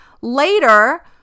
later